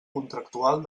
contractual